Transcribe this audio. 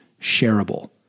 shareable